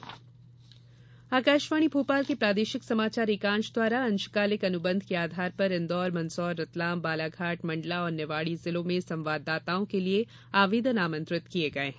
अशंकालिक संवाददाता आकाशवाणी भोपाल के प्रादेशिक समाचार एकांश द्वारा अंशकालिक अनुबंध के आधार पर इन्दौर मंदसौर रतलाम बालाघाट मंडला और निवाड़ी जिलों में संवाददाताओं के लिये आवेदन आमंत्रित किये गये हैं